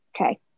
okay